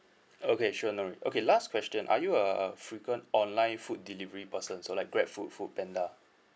okay sure no worry okay last question are you a a frequent online food delivery person so like Grabfood Foodpanda